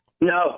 No